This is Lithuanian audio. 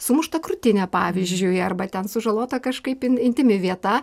sumušta krūtinė pavyzdžiui arba ten sužalota kažkaip in intymi vieta